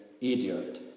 idiot